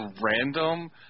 random